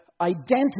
identity